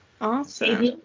Awesome